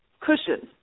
cushions